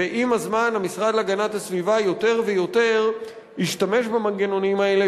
ועם הזמן המשרד להגנת הסביבה יותר ויותר ישתמש במנגנונים האלה